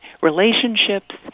relationships